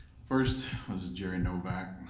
first was jerry novak.